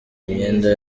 imyenda